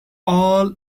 all